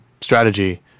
strategy